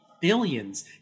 billions